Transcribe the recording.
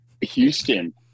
houston